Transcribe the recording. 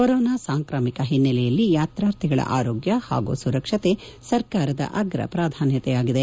corona ಸಾಂಕ್ರಾಮಿಕ ಹಿನ್ನೆಲೆಯಲ್ಲಿ ಯಾತಾರ್ಥಿಗಳ ಆರೋಗ್ಯ ಹಾಗೂ ಸುರಕ್ಷತೆ ಸರ್ಕಾರದ ಅಗ್ರ ಪ್ರಾಧಾನ್ಯತೆಯಾಗಿದೆ